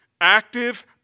active